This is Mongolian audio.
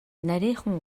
нарийхан